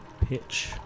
pitch